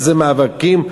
איזה מאבקים,